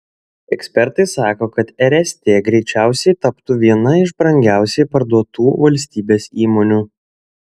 ekspertai sako kad rst greičiausiai taptų viena iš brangiausiai parduotų valstybės įmonių